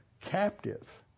captive